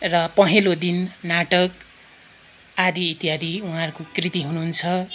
र पहेँलो दिन नाटक आदि इत्यादि उहाँहरूको कृति हुनुहुन्छ